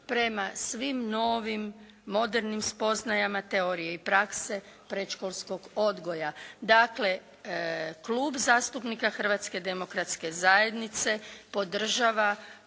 prema svim novim modernim spoznajama teorije i prakse predškolskog odgoja. Dakle Klub zastupnika Hrvatske demokratske zajednice podržava